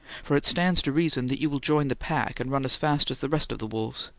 for it stands to reason that you will join the pack, and run as fast as the rest of the wolves.